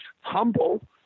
humble